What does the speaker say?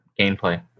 gameplay